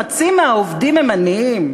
חצי מהעובדים הם עניים.